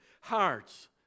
Hearts